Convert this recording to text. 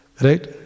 Right